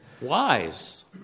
wise